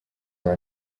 are